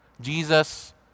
Jesus